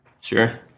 Sure